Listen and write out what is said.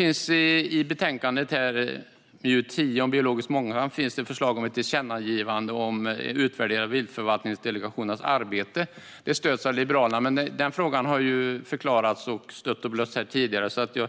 I betänkande MJU10 Biologisk mångfald finns ett förslag om ett tillkännagivande om utvärdering av Viltförvaltningsdelegationens arbete. Detta stöds av Liberalerna, men frågan har förklarats och stötts och blötts här tidigare. Jag ska inte